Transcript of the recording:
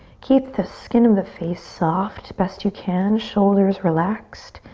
keep the skin of the face soft, best you can. shoulders relaxed.